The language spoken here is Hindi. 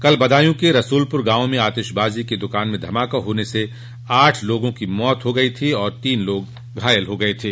कल बदायूं के रसूलपुर गांव में आतिशबाज़ी की द्कान में धमाका होने से आठ लोगों की मौत हो गई थो और तीन लोग घायल हो गये थे